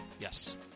Yes